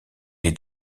est